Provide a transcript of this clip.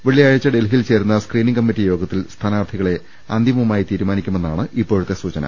വെള്ളിയാഴ്ച ഡൽഹിയിൽ ചേരുന്ന സ്ക്രീനിംഗ് കമ്മിറ്റി യോഗത്തിൽ സ്ഥാനാർത്ഥികളെ അന്തിമമായി തീരു മാനിക്കുമെന്നാണ് ഇപ്പോഴത്തെ സൂചന